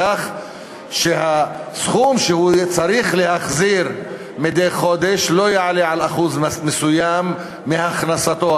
כך שהסכום שהוא צריך להחזיר מדי חודש לא יעלה על אחוז מסוים מהכנסתו.